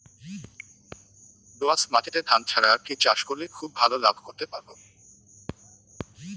দোয়াস মাটিতে ধান ছাড়া আর কি চাষ করলে খুব ভাল লাভ করতে পারব?